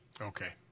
Okay